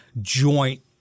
joint